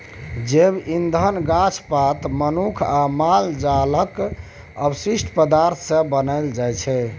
जैब इंधन गाछ पात, मनुख आ माल जालक अवशिष्ट पदार्थ सँ बनाएल जाइ छै